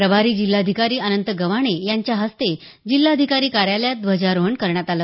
प्रभारी जिल्हाधिकारी अनंत गव्हाणे यांच्या हस्ते जिल्हाधिकारी कार्यालयात ध्वजारोहण करण्यात आले